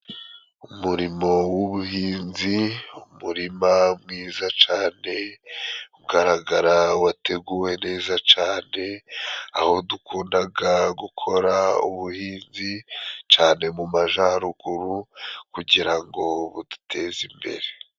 Umurimo w'ubuhinzi, umurima mwiza cane ugaragara wateguwe neza cane, aho dukundaga gukora ubuhinzi, cane mu majaruguru kugira ngo buduteze imbere.